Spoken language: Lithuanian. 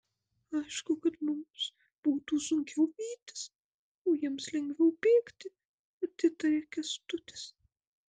aišku kad mums būtų sunkiau vytis o jiems lengviau bėgti atitaria kęstutis